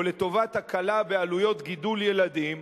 או לטובת הקלה בעלויות גידול ילדים,